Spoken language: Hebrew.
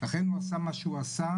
לכן הוא עשה מה שהוא עשה,